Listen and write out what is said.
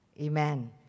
Amen